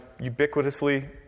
ubiquitously